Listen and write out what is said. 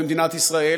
במדינת ישראל,